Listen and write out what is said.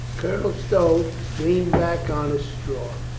colonel stow leaned back on his straw,